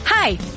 Hi